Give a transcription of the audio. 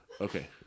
Okay